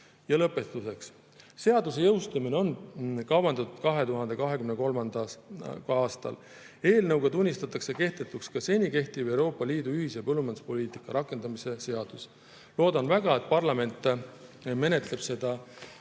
Lõpetuseks. Seaduse jõustumine on kavandatud 2023. aasta 1. jaanuarile. Eelnõuga tunnistatakse kehtetuks seni kehtiva Euroopa Liidu ühise põllumajanduspoliitika rakendamise seadus. Loodan väga, et parlament menetleb seda